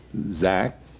Zach